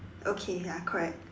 okay ya correct